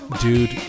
Dude